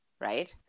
Right